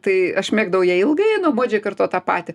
tai aš mėgdavau jai ilgai nuobodžiai kartot tą patį